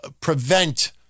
prevent